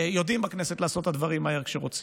יודעים בכנסת לעשות את הדברים מהר כשרוצים.